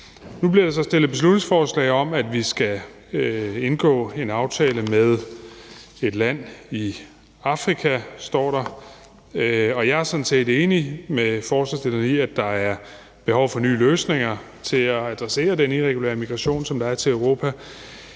Nu bliver der så fremsat beslutningsforslag om, at vi skal indgå en aftale med – som der står – et land i Afrika, og jeg er sådan set enig med forslagsstillerne i, at der er behov for nye løsninger til at adressere den irregulære migration, som der er til Europa.